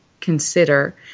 consider